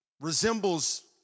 resembles